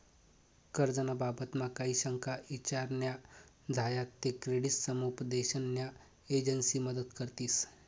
कर्ज ना बाबतमा काही शंका ईचार न्या झायात ते क्रेडिट समुपदेशन न्या एजंसी मदत करतीस